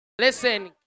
Listen